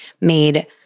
made